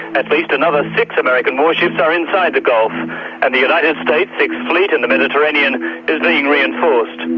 at least another six american warships are inside the gulf and the united states' sixth fleet in the mediterranean is being reinforced. and